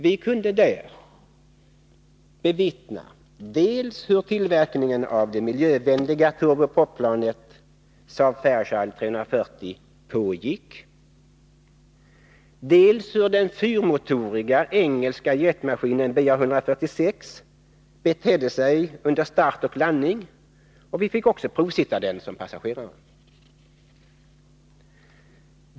Vi kunde där bevittna dels hur tillverkningen av det miljövänliga turbo-propplanet Saab Fairchild 340 pågick, dels hur den fyrmotoriga engelska jetmaskinen BAe 146 betedde sig under start och landning. Vi fick också provsitta den som passagerare.